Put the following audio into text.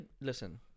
Listen